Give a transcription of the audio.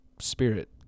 spirit